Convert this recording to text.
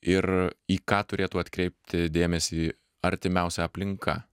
ir į ką turėtų atkreipti dėmesį artimiausia aplinka